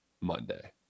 Monday